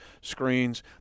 screens